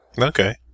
Okay